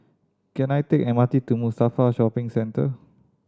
can I take M R T to Mustafa Shopping Centre